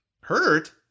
Hurt